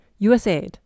USAID